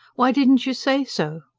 why didn't you say so?